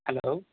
hello